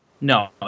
No